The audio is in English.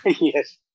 Yes